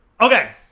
Okay